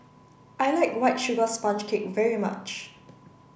I like white sugar sponge cake very much